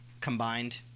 combined